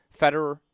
Federer